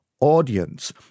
audience